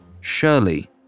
Shirley